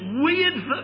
weird